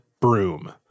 broom